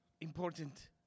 important